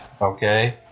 Okay